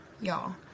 y'all